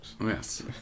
Yes